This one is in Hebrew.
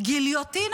גליוטינה